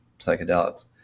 psychedelics